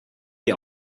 die